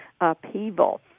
upheaval